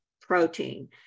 protein